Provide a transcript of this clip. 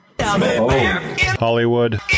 Hollywood